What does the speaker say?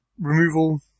removal